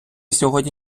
сьогодні